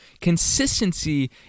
Consistency